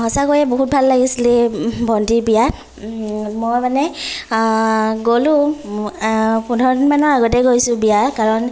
সঁচাকৈয়ে বহুত ভাল লাগিছিলে এই ভণ্টীৰ বিয়াত মই মানে গ'লোঁ পোন্ধৰ দিনমানৰ আগতে গৈছো বিয়াৰ কাৰণ